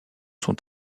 sont